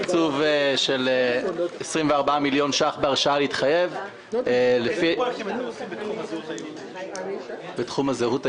תקצוב של 24 מיליון ש"ח בהרשאה להתחייב בתחום הזהות היהודית.